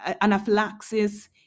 anaphylaxis